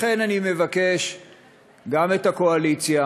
לכן אני מבקש גם מהקואליציה: